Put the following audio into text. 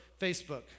Facebook